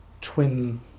twin